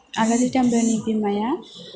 आलारि दामब्रानि बिमाया